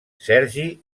sergi